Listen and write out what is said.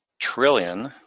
trillion.